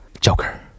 Joker